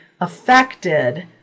affected